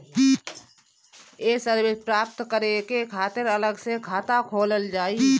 ये सर्विस प्राप्त करे के खातिर अलग से खाता खोलल जाइ?